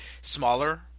smaller